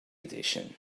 edition